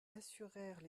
assurèrent